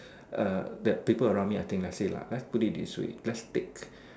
err that people around me I think let's say lah let's put it this way let's take